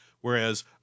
Whereas